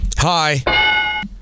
Hi